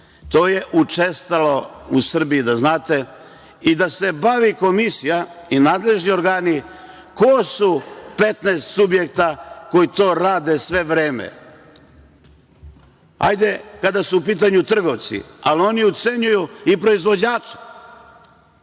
to je učestalo u Srbiji, da znate i da se bavi komisija i nadležni organi, ko su 15 subjekata koji to rade sve vreme. Hajde kada su u pitanju trgovci, ali oni ucenjuju i proizvođače